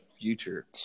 future